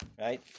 right